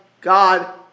God